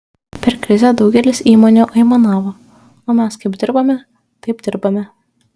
per krizę daugelis įmonių aimanavo o mes kaip dirbome taip dirbame